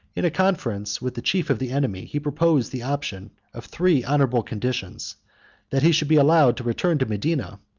in a conference with the chief of the enemy, he proposed the option of three honorable conditions that he should be allowed to return to medina,